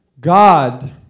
god